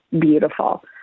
beautiful